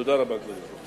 תודה רבה, אדוני היושב-ראש.